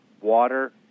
water